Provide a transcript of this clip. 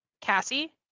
Cassie